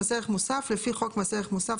מוסף לפי חוק מס ערך מוסף,